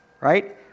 Right